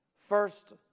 first